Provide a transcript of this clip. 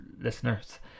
listeners